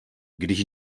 když